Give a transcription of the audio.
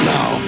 Now